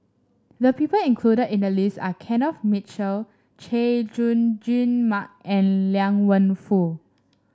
the people included in the list are Kenneth Mitchell Chay Jung Jun Mark and Liang Wenfu